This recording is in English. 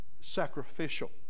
sacrificial